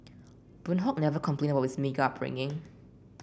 Boon Hock never complained about his meagre upbringing